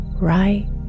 right